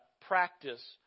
practice